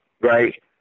right